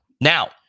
Now